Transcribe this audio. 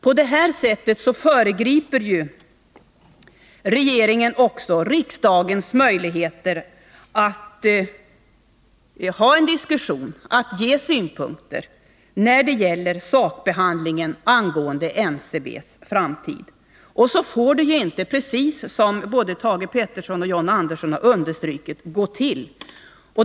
På det här sättet föregriper ju Fredagen den regeringen också riksdagens möjligheter att föra en diskussion om och att ge 23 januari 1981 synpunkter på sakbehandlingen av NCB:s framtid. Så får det, som både Thage Peterson och John Andersson understrukit, inte gå till.